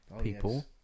people